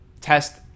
test